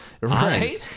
right